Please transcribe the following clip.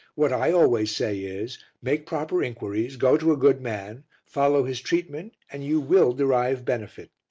what i always say is make proper inquiries, go to a good man, follow his treatment and you will derive benefit.